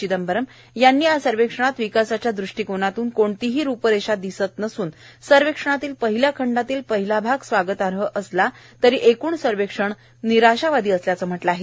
चिदंबरम् यांनी या सर्वेक्षणात विकासाच्या दृष्टीकोनातून कोणतीही रूपरेषा दिसत नसून सर्वेक्षणातील पहिल्या खंडातील पहिला भाग स्वागताहर्य असला तरी एकूण सर्वेक्षण निराशावादी असल्याचं म्हटलं आहे